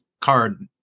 Card